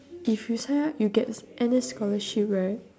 if you sign up you get N_S scholarship right